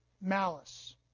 malice